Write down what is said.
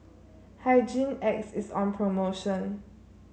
Hygin X is on promotion